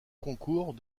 concours